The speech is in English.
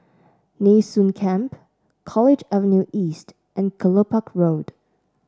Nee Soon Camp College Avenue East and Kelopak Road